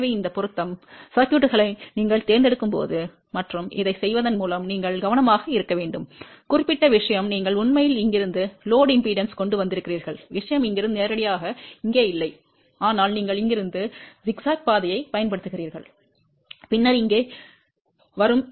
எனவே இந்த பொருந்தும் சுற்றுகளை நீங்கள் தேர்ந்தெடுக்கும்போது மற்றும் இதைச் செய்வதன் மூலம் நீங்கள் கவனமாக இருக்க வேண்டும் குறிப்பிட்ட விஷயம் நீங்கள் உண்மையில் இங்கிருந்து சுமை மின்மறுப்பைக் கொண்டு வந்திருக்கிறீர்கள் விஷயம் இங்கிருந்து நேரடியாக இங்கே இல்லை ஆனால் நீங்கள் இங்கிருந்து ஜிக்ஜாக் பாதையைப் பயன்படுத்தினீர்கள் பின்னர் இங்கே பின்னர் இங்கே வரும்